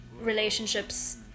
relationships